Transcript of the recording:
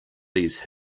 these